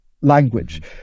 language